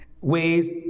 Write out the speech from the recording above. ways